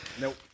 Nope